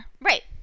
Right